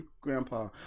Grandpa